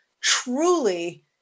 truly